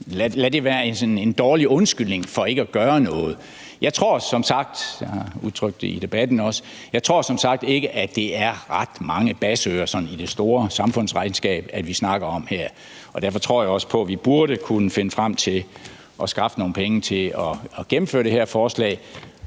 som en dårlig undskyldning for ikke at gøre noget. Jeg tror som sagt ikke – det har jeg også udtrykt i debatten – at det er ret mange basseører sådan i det store samfundsregnskab, vi snakker om her. Og derfor synes jeg også, at vi burde kunne finde frem til at skaffe nogle penge til at gennemføre det her forslag